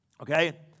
Okay